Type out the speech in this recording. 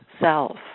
self